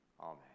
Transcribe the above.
Amen